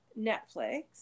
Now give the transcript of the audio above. Netflix